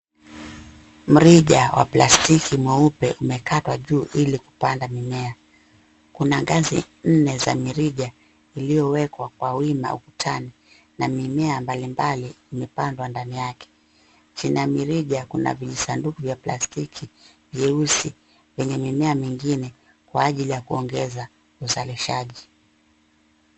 Mrija wa plastiki mweupe umekatwa juu ili kupanda mimea. Kuna ngazi nne za mirija iliyowekwa kwa wima ukutani na mimea mbalimbali imepandwa ndani yake. Chini ya mirija kuna visanduku ya plastiki vyeusi vyenye mimea mingine kwa ajili ya kuongeza uzalishaji.